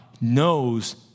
knows